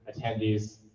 attendees